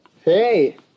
Hey